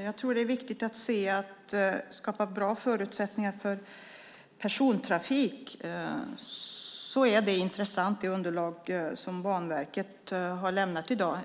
Herr talman! Det underlag som Banverket har lämnat i dag är intressant för att skapa bra förutsättningar för persontrafik.